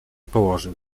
położył